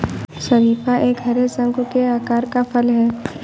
शरीफा एक हरे, शंकु के आकार का फल है